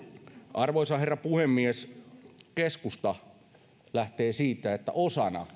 arvoisa herra puhemies keskusta lähtee siitä että osana